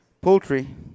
poultry